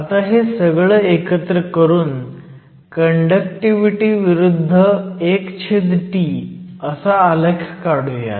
आता हे सगळं एकत्र करून कंडक्टिव्हिटी विरुद्ध 1T असा आलेख काढुयात